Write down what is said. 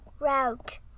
route